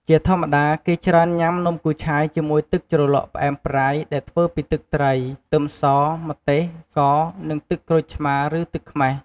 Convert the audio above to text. ជាធម្មតាគេច្រើនញ៉ាំនំគូឆាយជាមួយទឹកជ្រលក់ផ្អែមប្រៃដែលធ្វើពីទឹកត្រី ខ្ទឹមស ម្ទេស ស្ករ និងទឹកក្រូចឆ្មារ ឬទឹកខ្មេះ។